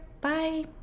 Bye